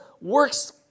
works